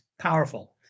powerful